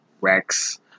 Rex